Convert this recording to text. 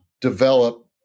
develop